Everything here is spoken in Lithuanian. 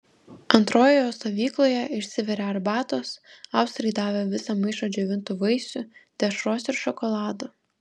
antrojoje stovykloje išsivirė arbatos austrai davė visą maišą džiovintų vaisių dešros ir šokolado